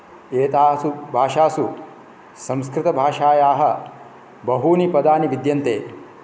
एतासु भाषासु संस्कृतभाषायाः बहूनि पदानि विद्यन्ते